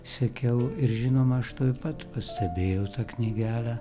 sekiau ir žinoma aš tuoj pat pastebėjau tą knygelę